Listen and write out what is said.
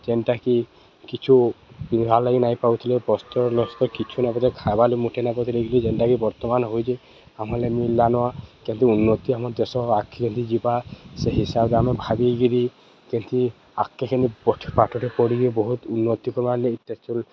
ଯେନ୍ଟାକି କିଛୁ ପିନ୍ଧ୍ବା ଲାଗି ନାଇ ପାଉଥିଲେ ବସ୍ତ୍ର ଲସ୍ତ କିଛୁ ନାଇ ପାଉଥିଲେ ଖାଇବାର୍ ଲାଗି ମୁଠେ ନାଇପାଉଥିଲେରି ଯେନ୍ଟାକି ବର୍ତ୍ତମାନ ହୋଇ ଜେନ୍ଟାକି ଆମଲାଗି ମିଲ୍ଲାନ କେନ୍ତି ଉନ୍ନତି ଆମ ଦେଶ ଆଗ୍କେ କେନ୍ତିକରି ଯିବା ସେ ହିସାବ୍ରେ ଆମେ ଭାବକିରି କେନ୍ତି ଆଗ୍କେ କେନ୍ତି ପାଠରେ ପଢ଼ିକି ବହୁତ୍ ଉନ୍ନତି କର୍ବାଲାଗି